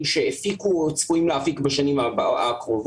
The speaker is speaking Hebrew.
שהפיקו או צפויים להפיק בשנים הקרובות.